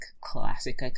classic